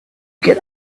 get